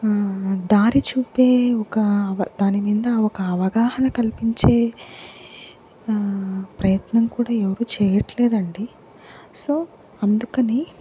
దారి చూపే ఒక దాని మీద ఒక అవగాహన కల్పించే ప్రయత్నం కూడా ఎవరు చేయట్లేదు అండి సో అందుకని